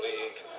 League